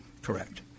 correct